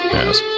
Yes